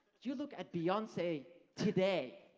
you look at beyonce today.